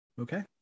okay